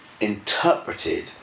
interpreted